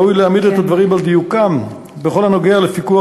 ראוי להעמיד את הדברים על דיוקם בכל הנוגע לפיקוח